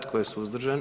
Tko je suzdržan?